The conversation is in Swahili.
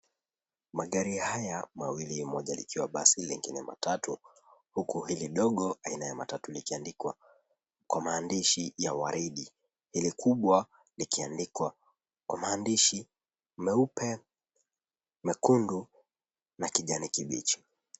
Magari haya mawili, moja likiwa basi, lengine matatu, huku hili dogo aina ya matatu likiandikwa kwa maandishi ya waridi, ile kubwa likiandikwa kwa maandishi meupe, mekundu na kijani kibichi.